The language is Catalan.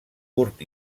curt